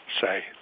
say